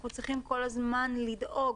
אנחנו צריכים כל הזמן לדאוג